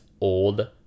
old